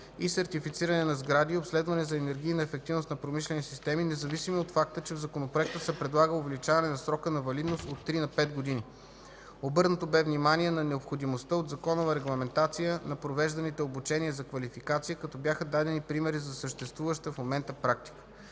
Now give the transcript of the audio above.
и сертифициране на сгради и обследване за енергийна ефективност на промишлени системи, независимо от факта, че в законопроекта се предлага увеличаване на срока на валидност от 3 на 5 години. Обърнато бе внимание на необходимостта от законова регламентация на провежданите обучения за квалификация, като бяха дадени примери за съществуваща в момента практика.